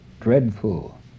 dreadful